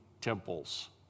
temples